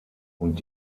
und